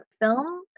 film